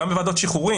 גם בוועדת שחרורים,